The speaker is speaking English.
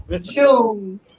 June